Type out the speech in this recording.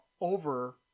over